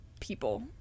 people